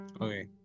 Okay